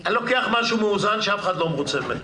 אני לוקח משהו מאוזן שאף אחד לא מרוצה ממנו.